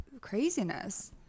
craziness